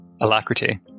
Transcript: alacrity